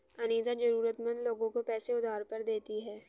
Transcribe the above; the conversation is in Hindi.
अनीता जरूरतमंद लोगों को पैसे उधार पर देती है